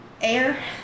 air